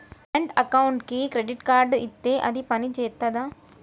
Current అకౌంట్కి credit card ఇత్తే అది పని చేత్తదా?